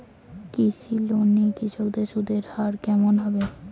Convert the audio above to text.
কৃষি লোন এ কৃষকদের সুদের হার কেমন হবে?